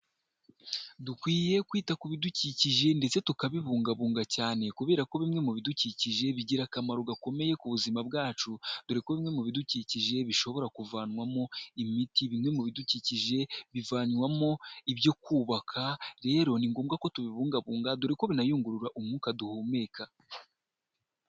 Dukwiye kwita ku bidukikije ndetse tukabibungabunga cyane, kubera ko bimwe mu bidukikije bigira akamaro gakomeye ku buzima bwacu, dore ko bimwe mu bidukikije bishobora kuvanwamo imiti. Bimwe mu bidukikije bivanwamo ibyo kubaka, rero ni ngombwa ko tubibungabunga dore ko binayungurura umwuka duhumeka.